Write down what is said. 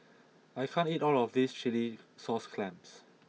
I can't eat all of this Chilli Sauce Clams